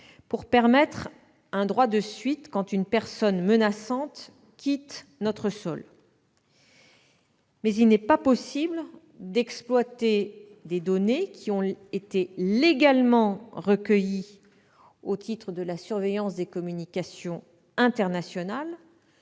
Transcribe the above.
pour permettre un droit de suite quand une personne menaçante quitte notre sol. Mais il n'est pas possible d'exploiter les données légalement recueillies au titre de la surveillance des communications internationales